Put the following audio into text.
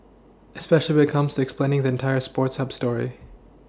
especially comes explaining the entire sports Hub story